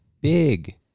big